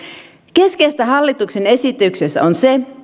keskeistä hallituksen esityksessä on se